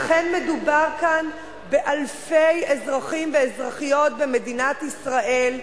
לכן מדובר כאן באלפי אזרחים ואזרחיות במדינת ישראל,